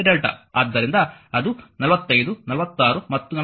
ಆದ್ದರಿಂದ ಅದು 45 46 ಮತ್ತು 47 ಇದು ಸಮೀಕರಣ ಸಂಖ್ಯೆ